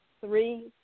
three